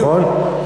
נכון?